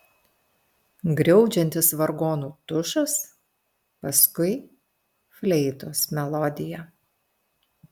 griaudžiantis vargonų tušas paskui fleitos melodija